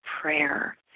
prayer